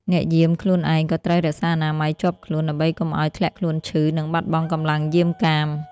អ្នកយាមខ្លួនឯងក៏ត្រូវរក្សាអនាម័យជាប់ខ្លួន ដើម្បីកុំឱ្យធ្លាក់ខ្លួនឈឺ និងបាត់បង់កម្លាំងយាមកាម។